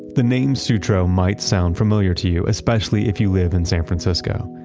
the name sutro might sound familiar to you, especially if you live in san francisco.